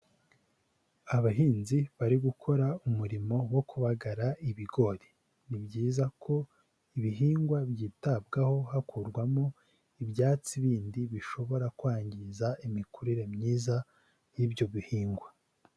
Abahinzi bari gukora umurimo wo kubagara ibigori, ni byiza ko ibihingwa byitabwaho hakurwamo ibyatsi bindi bishobora kwangiza imikurire myiza y'ibyo bihingwa.